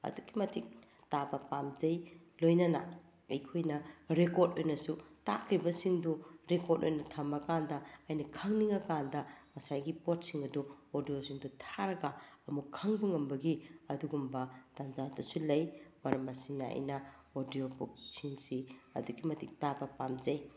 ꯑꯗꯨꯛꯀꯤ ꯃꯇꯤꯛ ꯇꯥꯕ ꯄꯥꯝꯖꯩ ꯂꯣꯏꯅꯅ ꯑꯩꯈꯣꯏꯅ ꯔꯦꯀ꯭ꯣꯔꯠ ꯑꯣꯏꯅꯁꯨ ꯇꯥꯛꯂꯤꯕꯁꯤꯡꯗꯨ ꯔꯦꯀ꯭ꯣꯔꯠ ꯑꯣꯏꯅ ꯊꯝꯃꯀꯥꯟꯗ ꯑꯩꯅ ꯈꯪꯅꯤꯡꯉꯀꯥꯟꯗ ꯉꯁꯥꯏꯒꯤ ꯄꯣꯠꯁꯤꯡꯑꯗꯨ ꯑꯣꯗꯤꯌꯣꯁꯤꯡꯗꯨ ꯊꯥꯔꯒ ꯑꯃꯨꯛ ꯈꯪꯕ ꯉꯝꯕꯒꯤ ꯑꯗꯨꯒꯨꯝꯕ ꯇꯟꯖꯥꯗꯁꯨ ꯂꯩ ꯃꯔꯝ ꯑꯁꯤꯅ ꯑꯩꯅ ꯑꯣꯗꯤꯌꯣ ꯕꯨꯛ ꯁꯤꯡꯁꯤ ꯑꯗꯨꯛꯀꯤ ꯃꯇꯤꯛ ꯇꯥꯕ ꯄꯥꯝꯖꯩ